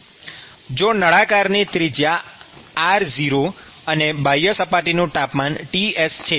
જો નળાકારની ત્રિજ્યા r0 અને બાહ્યસપાટીનું તાપમાન Ts છે